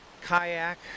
kayak